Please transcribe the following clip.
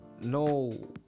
no